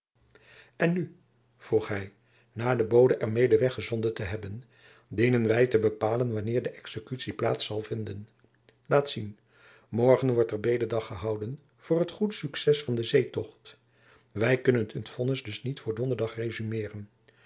en nu vroeg hy na den bode er mede weggezonden te hebben dienen wy te bepalen wanneer de exekutie plaats zal hebben laat zien morgen wordt er bededag gehouden voor t goed succes van den zeetocht wy kunnen het vonnis dus niet voor donderdag rezumeeren